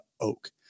oak